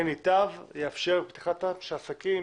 כן ייטב וזה יאפשר פתיחתם של העסקים,